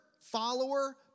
follower